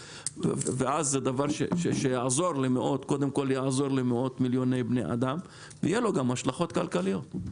ואז זה דבר שיעזור למאות מיליוני בני אדם ויהיה לו גם השלכות כלכליות.